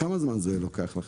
כמה זמן זה לוקח לכם?